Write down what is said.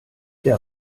der